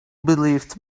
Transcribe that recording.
believed